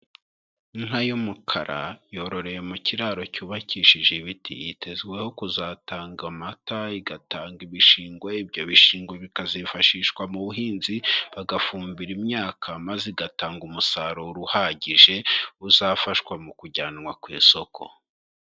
Inka y'umukara yororeye mu kiraro cyubakishije ibiti yitezweho kuzatanga amata, igatanga ibishingwe, ibyo bishingwe bikazifashishwa mu buhinzi bagafumbira imyaka maze igatanga umusaruro uhagije uzafashwa mu kujyanwa ku isoko.